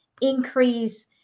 increase